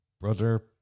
Brother